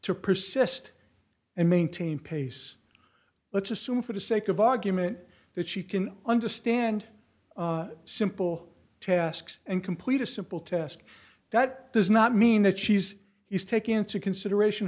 to persist and maintain pace let's assume for the sake of argument that she can understand simple tasks and complete a simple test that does not mean that she's is taking into consideration